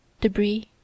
debris